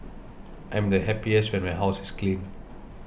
I'm happiest when my house is clean